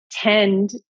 tend